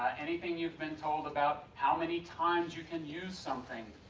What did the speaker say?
anything you've been told about how many times you can use something,